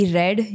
red